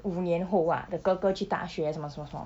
五年后啊 the 哥哥去大学什么什么什么